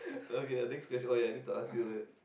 okay ya next question oh ya I need to ask you right